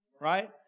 right